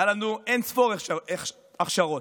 היו לנו אין-ספור הכשרות.